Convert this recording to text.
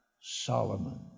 Solomon